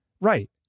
Right